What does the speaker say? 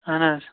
اَہَن حظ